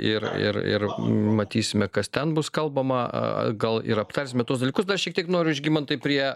ir ir ir matysime kas ten bus kalbama gal ir aptarsime tuos dalykus dar šiek tiek noriu žygimantai prie